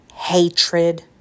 Hatred